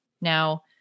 Now